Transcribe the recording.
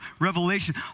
Revelation